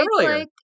earlier